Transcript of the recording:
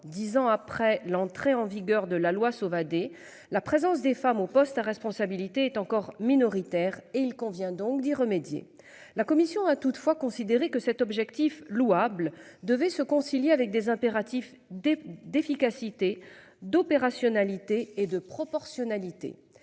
10 ans après l'entrée en vigueur de la loi Sauvadet la présence des femmes aux postes à responsabilité est encore minoritaire et il convient donc d'y remédier. La commission a toutefois considéré que cet objectif louable devait se concilier avec des impératifs des d'efficacité d'opérationnalité et de proportionnalité.